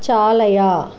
चालय